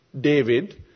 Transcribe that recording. David